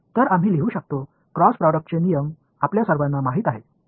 तर आम्ही लिहू शकतो क्रॉस प्रॉडक्टचे नियम आपल्या सर्वांना माहित आहेत